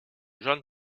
jean